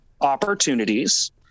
opportunities